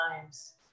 times